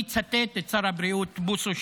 אני אצטט את שר הבריאות בוסו,